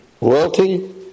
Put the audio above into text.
royalty